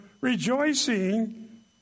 rejoicing